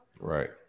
Right